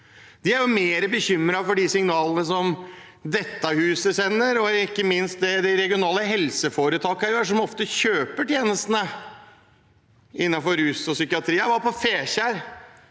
De er mer bekymret for de signalene som dette huset sender, og ikke minst det de regionale helseforetakene gjør, som ofte kjøper tjenestene innenfor rus og psykiatri. Jeg var på Fekjær,